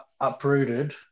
uprooted